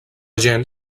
gent